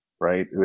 right